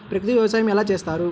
ప్రకృతి వ్యవసాయం ఎలా చేస్తారు?